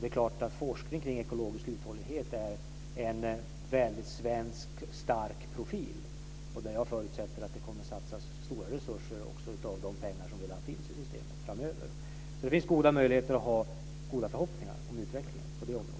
Det är klart att forskning kring ekologisk uthållighet är en väldigt svensk stark profil. Jag förutsätter att det kommer att satsas stora resurser också av de pengar som redan finns i systemet framöver. Det finns goda möjligheter, och jag har goda förhoppningar om utvecklingen på det området.